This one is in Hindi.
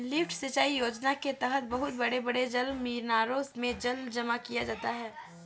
लिफ्ट सिंचाई योजना के तहद बहुत बड़े बड़े जलमीनारों में जल जमा किया जाता है